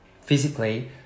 physically